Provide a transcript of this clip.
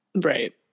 Right